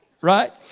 right